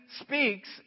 speaks